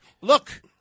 look